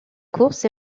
course